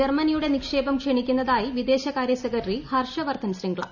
ജർമനിയുടെ നിക്ഷേപം ക്ഷണിക്കുന്നതായി വിദേശകാര്യ സെക്രട്ടറി ഹർഷവർധൻ ശൃംഗ്ല